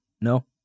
No